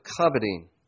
coveting